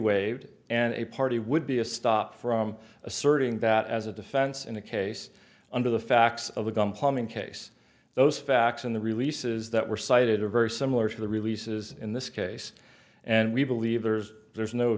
waived and a party would be a stop from asserting that as a defense in a case under the facts of the gum palming case those facts in the releases that were cited are very similar to the releases in this case and we believe there's there's no